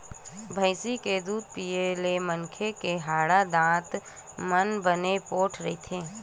भइसी के दूद पीए ले मनखे के हाड़ा, दांत मन बने पोठ रहिथे